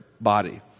body